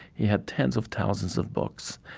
he had tens of thousands of books.